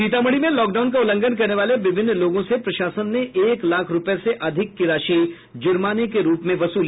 सीतामढ़ी में लॉकडाउन का उल्लंघन करने वाले विभिन्न लोगों से प्रशासन ने एक लाख रूपये से अधिक की राशि जुर्माने के रूप में वसूली